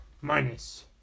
Minus